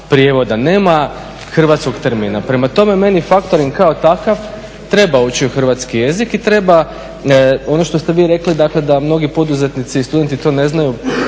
prijevoda, nema hrvatskog termina. Prema tome meni faktoring kao takav treba ući u hrvatski jezik i treba, ono što ste vi rekli dakle da mnogi poduzetnici i studenti to ne znaju